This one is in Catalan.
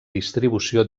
distribució